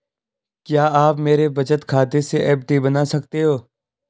क्या आप मेरे बचत खाते से एफ.डी बना सकते हो?